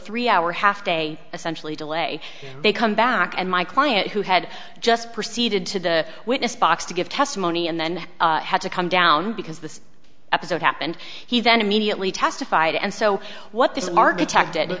three hour half day essentially delay they come back and my client who had just proceeded to the witness box to give testimony and then had to come down because the episode happened he then immediately testified and so what this architect d